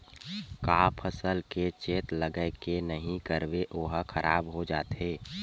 का फसल के चेत लगय के नहीं करबे ओहा खराब हो जाथे?